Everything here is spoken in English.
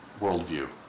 worldview